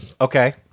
Okay